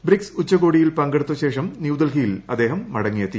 BRICS ഉച്ചകോടിയിൽ പങ്കെടുത്ത ശേഷം ന്യൂഡൽഹിയിൽ അദ്ദേഹം മടങ്ങിയെത്തി